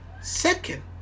Second